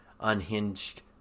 unhinged